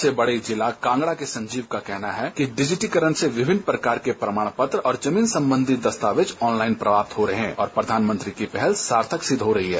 सबसे बड़े जिला कांगड़ा के संजीव का कहना है कि डिजीटीकरण से विभिन्न प्रकार के प्रमाण पत्र और ज़मीन संबंधी दस्तावेज ऑनलाईन प्राप्त हो रहे हैं और प्रधानमंत्री की पहल सार्थक सिद्द हो रही है